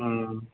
हम्म